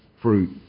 fruit